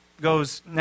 goes